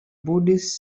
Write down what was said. buddhist